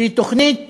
שהיא תוכנית